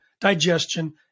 digestion